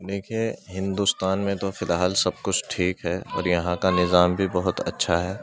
دیکھیں ہندوستان میں تو فی الحال سب کچھ ٹھیک ہے اور یہاں کا نظام بھی بہت اچّھا ہے